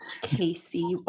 Casey